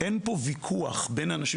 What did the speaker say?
אין פה ויכוח בין האנשים